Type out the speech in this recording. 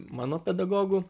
mano pedagogu